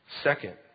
Second